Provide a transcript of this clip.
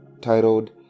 titled